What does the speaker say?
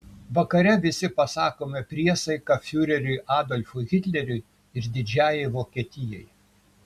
vakare visi pasakome priesaiką fiureriui adolfui hitleriui ir didžiajai vokietijai